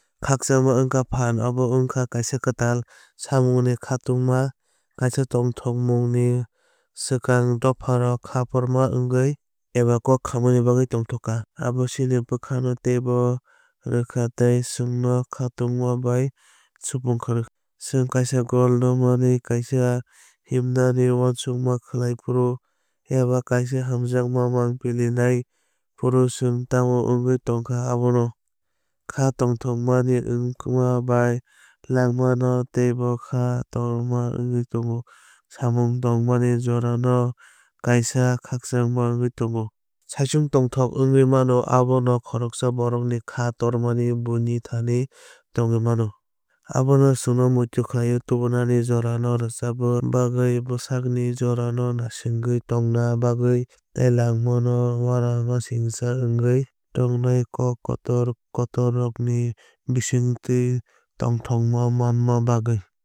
Khakchangma wngkha phan abo wngkha kaisa kwtal samungni khatungma kaisa tongthok mung ni swkang dophra kaphra wngmani eba kok kahamni bagwi tongthokma. Abo chini bwkha no teibo rwkha tei chwngno khatungma bai supung rwkha. Chwng kaisa goal no manwi kaisa himnani uansukma khlai phuru eba kaisa hamjakma mangpili nai phuru chwng tamo wngwi tongkha abo no. Kha tongthokmani wngma bai langma no teibo khá torma wngwi thango samung tangmani jora no kaisa khakchangma wngwi thango. Saisungthothok wngwi mano abobo khoroksa borokni khá torma buini thani thángwi mano. Abo chwngno muitu khlaio tabukni jorano rwchapna bagwi bwskangni jorano naisingwi tongna bagwi tei langmano uanamasingcha wngwi tongnai kok kotor kotorrokni bisingtwi tongthokma manna bagwi.